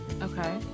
Okay